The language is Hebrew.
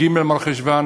ג' במרחשוון,